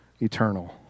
eternal